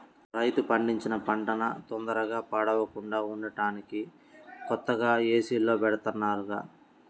రైతు పండించిన పంటన తొందరగా పాడవకుండా ఉంటానికి కొత్తగా ఏసీల్లో బెడతన్నారుగా